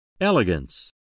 Elegance